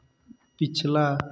पिछला